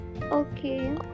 Okay